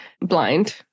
blind